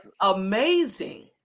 amazing